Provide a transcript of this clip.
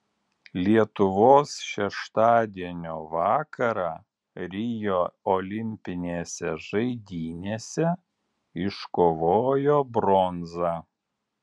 lietuvos šeštadienio vakarą rio olimpinėse žaidynėse iškovojo bronzą